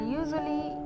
usually